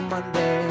Monday